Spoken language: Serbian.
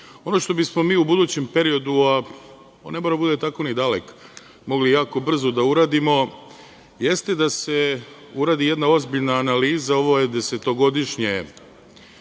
što bismo mi u budućem periodu, a on ne mora da bude tako ni dalek, mogli jako brzo da uradimo jeste da se uradi jedna ozbiljna analiza desetogodišnjeg